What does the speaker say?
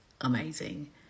amazing